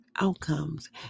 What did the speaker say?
outcomes